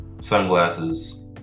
sunglasses